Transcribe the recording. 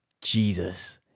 Jesus